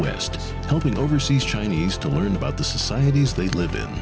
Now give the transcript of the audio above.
west hoping overseas chinese to learn about the societies they live in